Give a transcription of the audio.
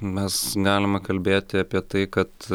mes galime kalbėti apie tai kad